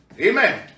Amen